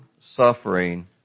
suffering